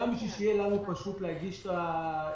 גם כדי שיהיה לנו פשוט להגיש את הדוחות,